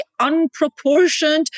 unproportioned